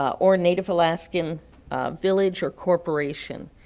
or native alaskan village or corporation.